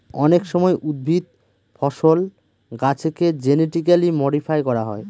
অনেক সময় উদ্ভিদ, ফসল, গাছেকে জেনেটিক্যালি মডিফাই করা হয়